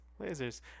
lasers